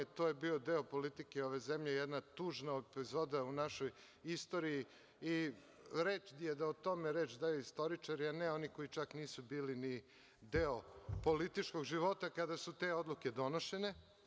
To je bio deo politike ove zemlje, jedna tužna epizoda u našoj istoriji i red je da o tome reč daju istoričari, a ne oni koji čak nisu bili ni deo političkog života kada su te odluke donošene.